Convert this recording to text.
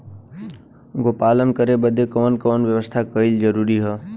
गोपालन करे बदे कवन कवन व्यवस्था कइल जरूरी ह?